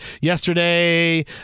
yesterday